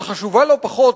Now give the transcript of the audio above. אבל חשובה לא פחות,